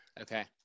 Okay